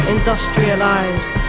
Industrialized